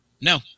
no